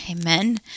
Amen